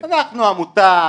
אנחנו עמותה,